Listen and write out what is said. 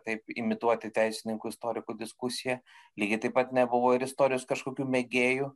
taip imituoti teisininkų istorikų diskusiją lygiai taip pat nebuvo ir istorijos kažkokių mėgėjų